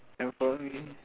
can follow me